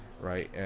right